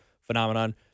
phenomenon